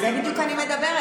על זה בדיוק אני מדברת,